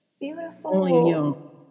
Beautiful